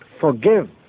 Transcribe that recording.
forgive